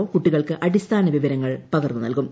O കൂട്ടികൾക്ക് അടിസ്ഥാന വിവരങ്ങൾ പകർന്നു നൽകും